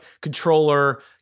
controller